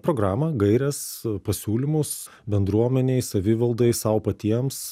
programą gaires pasiūlymus bendruomenei savivaldai sau patiems